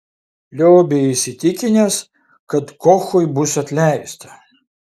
liobė įsitikinęs kad kochui bus atleista